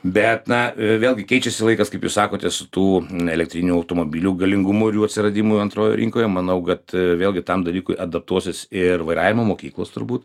bet na vėlgi keičiasi laikas kaip jūs sakote su tų elektrinių automobilių galingumu ir jų atsiradimu antrojoj rinkoje manau kad vėlgi tam dalykui adaptuosis ir vairavimo mokyklos turbūt